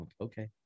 Okay